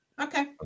okay